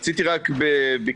רציתי לומר דבר אחד בקצרה.